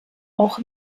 auch